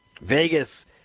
Vegas